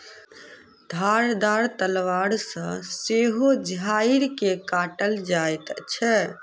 धारदार तलवार सॅ सेहो झाइड़ के काटल जाइत छै